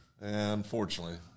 Unfortunately